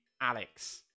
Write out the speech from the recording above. Alex